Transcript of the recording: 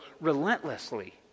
relentlessly